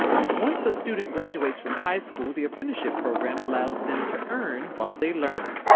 once the student graduates from high school, the apprenticeship program allows them to earn while they learn.